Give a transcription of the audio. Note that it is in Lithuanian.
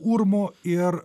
urmu ir